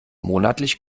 monatlich